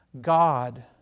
God